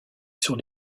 sur